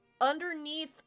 underneath